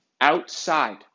outside